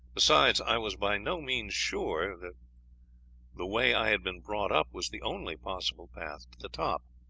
besides, i was by no means sure that the way i had been brought up was the only possible path to the top.